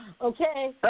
Okay